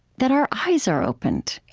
that our eyes are opened